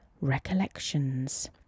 recollections